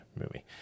movie